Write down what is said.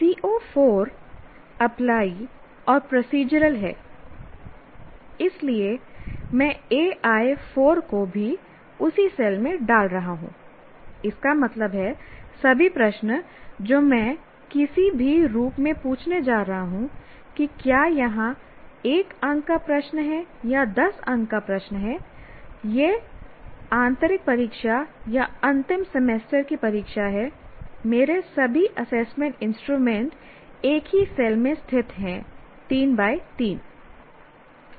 CO 4 apply और procedural है इसलिए मैं AI 4 को भी उसी सेल में डाल रहा हूं इसका मतलब है सभी प्रश्न जो मैं किसी भी रूप में पूछने जा रहा हूं कि क्या यह 1 अंक का प्रश्न है या 10 अंक का प्रश्न है यह आंतरिक परीक्षा है या अंतिम सेमेस्टर की परीक्षा है मेरे सभी असेसमेंट इंस्ट्रूमेंट एक ही सेल में स्थित हैं 3 3